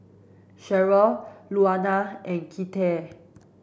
Cheryll Louanna and Kinte